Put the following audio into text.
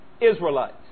Israelites